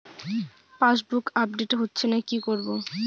Passbook update হচ্ছেনা কি করবো?